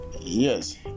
yes